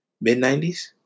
mid-90s